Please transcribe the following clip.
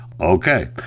okay